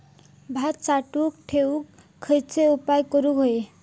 भात साठवून ठेवूक खयचे उपाय करूक व्हये?